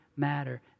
matter